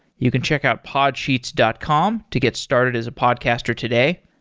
you can check out podsheets dot com to get started as a podcaster today.